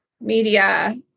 media